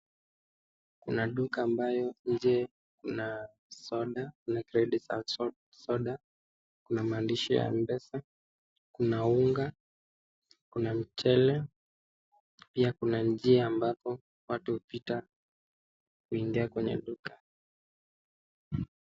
Kuna duka ambayo nje kuna soda, Kuna kreti za soda kuna maandishi ya mpesakuna unga, kuna mchele, pia kuna njia ambapo watu hupita kuingia kwenye duka.